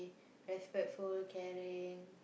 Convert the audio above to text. respectful caring